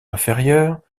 inférieurs